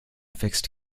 fixed